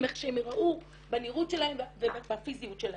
איך שהם ייראו בנראות שלהם ובפיזיות שלהם.